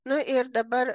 na ir dabar